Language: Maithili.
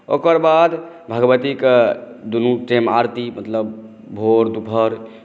ओकर बाद भगवतीके दुनू टाइम आरती मतलब भोर दुपहर